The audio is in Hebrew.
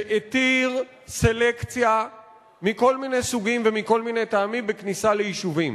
שהתיר סלקציה מכל מיני סוגים ומכל מיני טעמים בכניסה ליישובים.